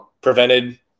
prevented